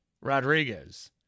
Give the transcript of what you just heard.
Rodriguez